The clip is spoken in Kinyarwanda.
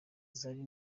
zari